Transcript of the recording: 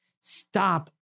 Stop